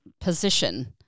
position